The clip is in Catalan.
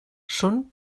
són